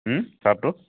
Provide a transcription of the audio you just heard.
চাৰ্টটোত